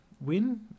win